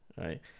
right